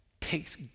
takes